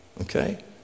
Okay